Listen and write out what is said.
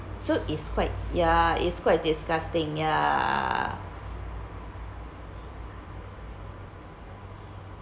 so it's quite ya it's quite disgusting ya